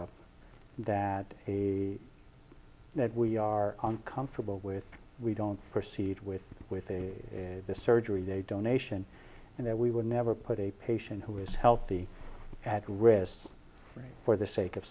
out that the that we are comfortable with we don't proceed with with the surgery they donation and that we would never put a patient who is healthy at risk for the sake of